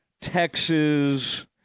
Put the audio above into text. Texas